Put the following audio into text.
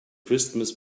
christmas